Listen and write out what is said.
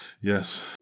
Yes